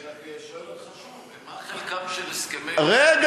אני רק שואל אותך שוב: מה חלקם של הסכמי אוסלו?